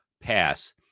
pass